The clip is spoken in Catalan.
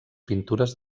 pintures